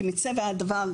כי מטבע הדבר,